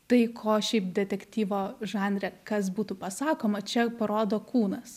tai ko šiaip detektyvo žanre kas būtų pasakoma čia parodo kūnas